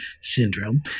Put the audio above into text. syndrome